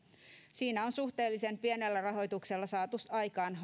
siinä on suhteellisen pienellä rahoituksella saatu aikaan